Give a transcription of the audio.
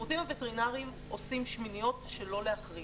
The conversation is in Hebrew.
השירותים הווטרינריים עושים שמיניות באוויר על מנת שלא להכריז.